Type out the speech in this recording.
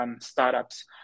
Startups